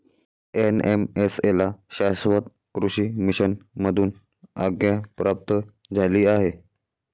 NMSA ला शाश्वत कृषी मिशन मधून आज्ञा प्राप्त झाली आहे